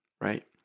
Right